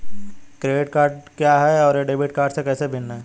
Credit card क्या है और यह डेबिट कार्ड से कैसे भिन्न है?